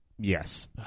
Yes